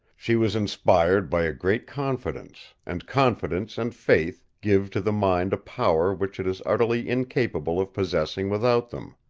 she was inspired by a great confidence, and confidence and faith give to the mind a power which it is utterly incapable of possessing without them.